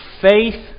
faith